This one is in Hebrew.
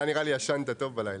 אתה נראה לי ישנת טוב בלילה.